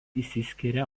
išsiskiria